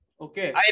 Okay